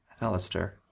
Alistair